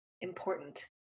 important